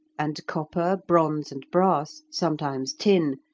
and copper, bronze, and brass, sometimes tin,